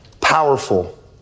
powerful